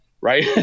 right